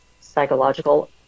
psychological